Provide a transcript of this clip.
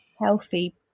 healthy